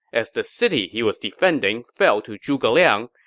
as the city he was defending fell to zhuge liang,